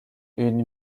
une